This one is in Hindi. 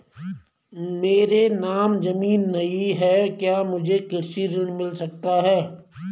मेरे नाम ज़मीन नहीं है क्या मुझे कृषि ऋण मिल सकता है?